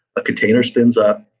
a container spins up,